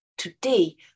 Today